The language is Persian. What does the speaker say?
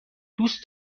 دوست